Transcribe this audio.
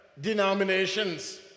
denominations